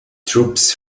troops